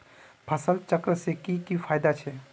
फसल चक्र से की की फायदा छे?